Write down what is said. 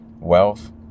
wealth